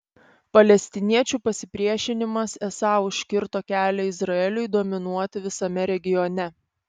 palestiniečių pasipriešinimas esą užkirto kelią izraeliui dominuoti visame regione